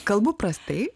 kalbu prastai